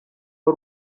w’u